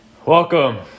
Welcome